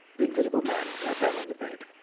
the invisible man sat down on the bed.